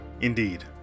Indeed